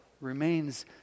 remains